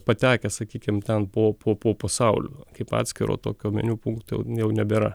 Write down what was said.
patekęs sakykim ten po po po pasaulio kaip atskiro tokio meniu punkto jau nebėra